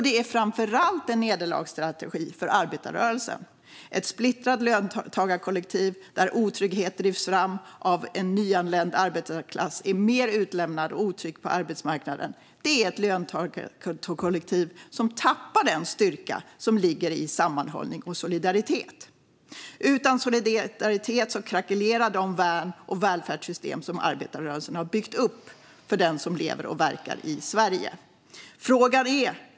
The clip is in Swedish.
Det är framför allt en nederlagsstrategi för arbetarrörelsen. Ett splittrat löntagarkollektiv där otrygghet drivs fram av en nyanländ arbetarklass är mer utlämnat och otryggt på arbetsmarknaden. Det är ett löntagarkollektiv som tappar den styrka som ligger i sammanhållning och solidaritet. Utan solidaritet krackelerar de värn och välfärdssystem som arbetarrörelsen har byggt upp för den som lever och verkar i Sverige. Fru talman!